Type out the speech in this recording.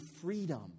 freedom